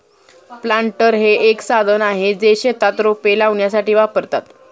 planter हे एक साधन आहे, जे शेतात रोपे लावण्यासाठी वापरतात